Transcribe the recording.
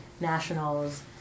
Nationals